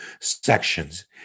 sections